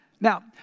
Now